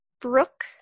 Brooke